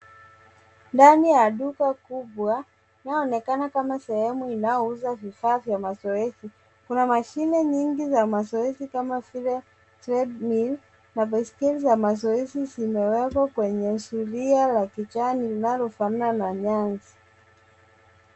Ndani ya duka kubwa inayoonekana kuwa sehemu inayouza vifaa vya mazoezi. Kuna mashine nyingi za mazoezi kama vile kreni na baiskeli za mazoezi zimewekwa kwenye zulia za kijani linalofanana na nyasi.